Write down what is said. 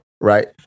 right